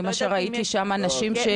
אני ראיתי שם אנשים,